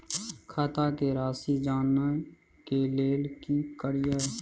खाता के राशि जानय के लेल की करिए?